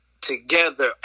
together